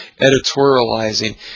editorializing